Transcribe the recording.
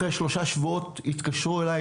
אחרי שלושה שבועות התקשרו אלי,